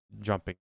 jumping